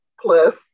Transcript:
plus